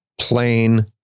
Plain